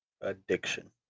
Addiction